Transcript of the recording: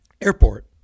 airport